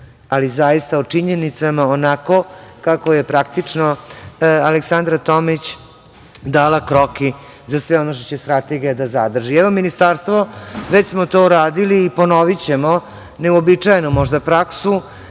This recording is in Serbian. ali zaista, o činjenicama onako kako je praktično Aleksandra Tomić dala kroki za sve ono što će Strategija da sadrži.I ovo ministarstvo, već smo to uradili i ponovićemo, neuobičajeno, možda praksu